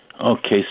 Okay